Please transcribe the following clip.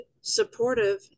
supportive